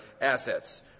assets